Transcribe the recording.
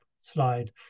slide